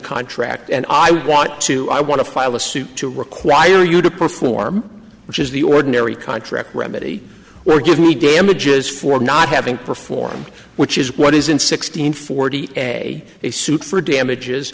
contract and i want to i want to file a suit to require you to perform which is the ordinary contract remedy or give me damages for not having performed which is what is in sixteen forty a a suit for damages